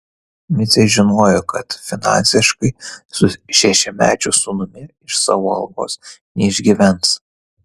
micė žinojo kad finansiškai su šešiamečiu sūnumi iš savo algos neišgyvens